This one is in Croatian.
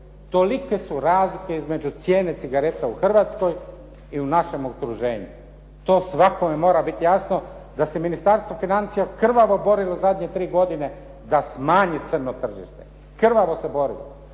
Tolike su razlike između cijene cigareta u Hrvatskoj i u našem okruženju. To svakome mora biti jasno, da se Ministarstvo financija krvavo borilo u zadnje tri godine da smanji crno tržište, krvavo se borilo.